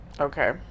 Okay